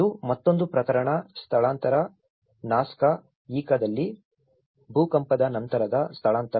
ಇದು ಮತ್ತೊಂದು ಪ್ರಕರಣ ಸ್ಥಳಾಂತರ ನಾಸ್ಕಾ ಇಕಾ ದಲ್ಲಿ ಭೂಕಂಪದ ನಂತರದ ಸ್ಥಳಾಂತರ